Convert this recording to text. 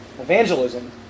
Evangelism